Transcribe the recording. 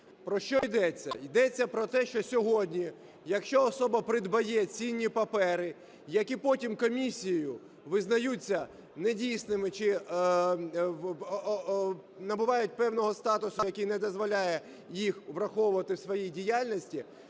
Про що йдеться. Йдеться про те, що сьогодні, якщо особа придбає цінні папери, які потім комісією визнаються недійсними чи набувають певного статусу, який не дозволяє їх враховувати в своїй діяльності,